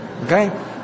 Okay